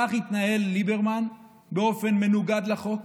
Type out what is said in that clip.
כך התנהל ליברמן באופן המנוגד לחוק.